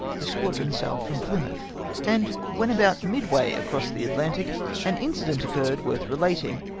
the squadron sailed from plymouth and when about midway across the atlantic an incident occurred worth relating,